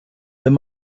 wenn